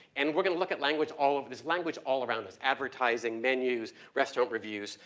and we're gonna look at language, all of these language all around us, advertising, menus, rest overviews,